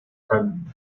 friend